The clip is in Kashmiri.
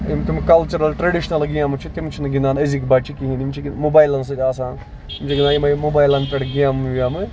یِم تِم کَلچرل ٹریڈِشنل گیمہٕ چھِ تِم چھِ نہٕ گِندان أزِکۍ بَچہٕ کِہینۍ تہِ یِم چھِ موبایلَن سۭتۍ آسان بیٚیہِ گِندان یِمے موبایلَن پٮ۪ٹھ گیمہٕ ویمہٕ